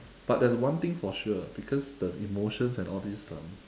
but there's one thing for sure because the emotions and all this um